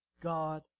God